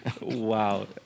Wow